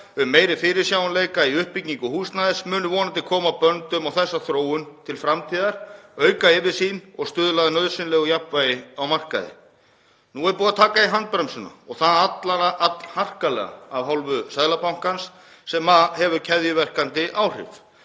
um meiri fyrirsjáanleika í uppbyggingu húsnæðis, munu vonandi koma böndum á þessa þróun til framtíðar, auka yfirsýn og stuðla að nauðsynlegu jafnvægi á markaði. Nú er búið að taka allharkalega í handbremsuna af hálfu Seðlabankans sem hefur keðjuverkandi áhrif.